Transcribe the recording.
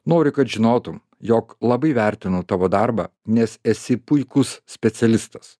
noriu kad žinotum jog labai vertinu tavo darbą nes esi puikus specialistas